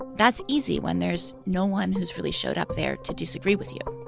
that's easy when there's no one who's really showed up there to disagree with you